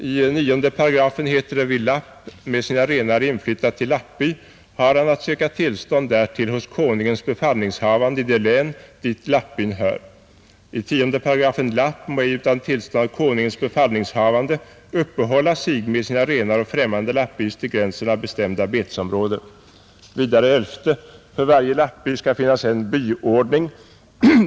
I 9 § heter det: ”Vill lapp med sina renar överflytta till lappby, har han att söka tillstånd därtill hos Konungens befallningshavande i det län dit lappbyn hör.” I 10 8: ”Lapp må ej utan tillstånd av Konungens befallningshavande uppehålla sig med sina renar å främmande lappbys till gränserna bestämda betesområden.” Vidare i 11 §: ”För varje lappby skall finnas en byordning.